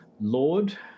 lord